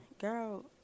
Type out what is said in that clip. girl